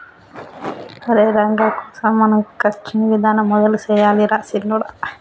ఒరై రంగ కోసం మనం క్రచ్చింగ్ విధానం మొదలు సెయ్యాలి రా సిన్నొడా